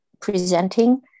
presenting